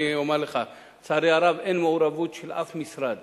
אני אומר לך, לצערי הרב אין מעורבות של אף משרד